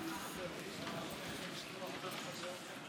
הארץ, מכל הדתות ומכל המגזרים,